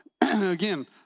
Again